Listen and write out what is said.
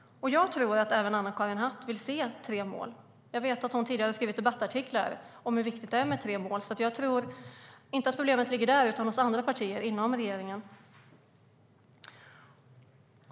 Jag tror att även Anna-Karin Hatt vill se tre mål. Jag vet att hon tidigare har skrivit debattartiklar om hur viktigt det är med tre mål. Jag tror alltså inte att problemet ligger där utan hos andra partier inom regeringen.